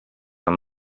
amb